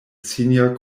senior